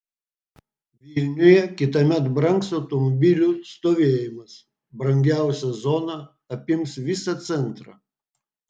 vilniuje kitąmet brangs automobilių stovėjimas brangiausia zona apims visą centrą